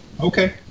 Okay